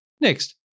Next